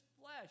flesh